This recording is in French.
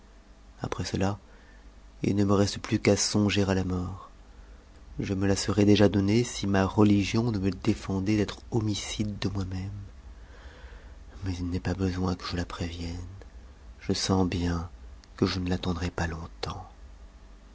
après cela il ne me reste plus qu'à songer à la mort je me la serais déjà donnée si ma religion ne me défendait d'être homicide de moi-même mais il n'est pas besoin que je la prévienne je sens bien que je ne l'attendrai pas longtemps